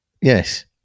Yes